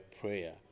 prayer